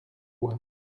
voie